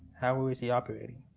how was he operating?